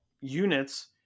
units